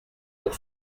pour